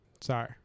Sorry